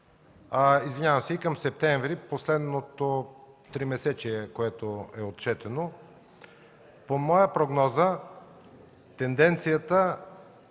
запазва и към септември, последното тримесечие, което е отчетено. По моя прогноза тенденцията